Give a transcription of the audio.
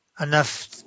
enough